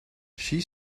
she